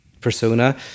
persona